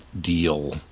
deal